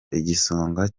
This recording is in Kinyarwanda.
igisonga